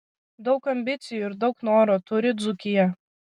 daug ambicijų ir daug noro turi dzūkija